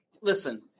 Listen